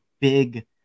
big